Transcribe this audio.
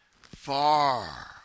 far